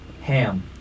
Ham